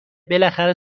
بالاخره